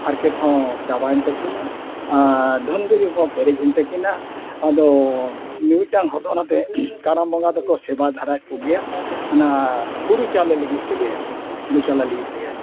ᱦᱟᱨᱠᱮᱛ ᱦᱚᱸ ᱪᱟᱵᱟ ᱮᱱ ᱛᱟᱹᱠᱤᱱᱟ ᱟᱨ ᱫᱷᱚᱱ ᱫᱩᱨᱤᱵ ᱦᱚᱸ ᱯᱮᱨᱮᱡ ᱮᱱ ᱛᱟᱹᱠᱤᱱᱟ ᱟᱫᱚ ᱢᱤᱢᱤᱫᱴᱟᱝ ᱦᱚᱲ ᱫᱚ ᱚᱱᱟᱛᱮ ᱠᱟᱨᱟᱢ ᱵᱚᱸᱜᱟ ᱫᱚᱠᱚ ᱥᱮᱵᱟ ᱫᱷᱟᱨᱟᱭᱮᱫ ᱠᱚᱜᱮᱭᱟ ᱚᱱᱟ ᱦᱩᱲᱩ ᱪᱟᱣᱞᱮ ᱞᱟᱹᱜᱤᱫ ᱛᱮᱜᱮ ᱦᱩᱲᱩ ᱪᱟᱞᱟᱣ ᱞᱟᱹᱜᱤᱫ ᱛᱮᱜᱮ